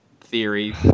theory